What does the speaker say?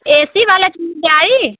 AC वाला चाही